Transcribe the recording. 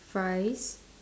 fries